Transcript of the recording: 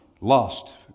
lost